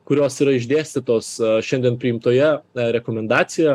kurios yra išdėstytos šiandien priimtoje rekomendacijo